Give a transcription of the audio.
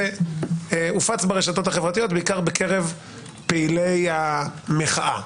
הופץ ברשתות החברתיות, בעיקר בקרב פעילי המחאה.